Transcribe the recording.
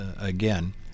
again